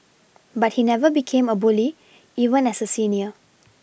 but he never became a bully even as a senior